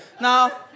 Now